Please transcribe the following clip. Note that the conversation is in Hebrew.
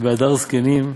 והדר זקנים שיבה',